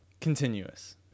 continuous